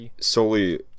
solely